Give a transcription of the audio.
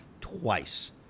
twice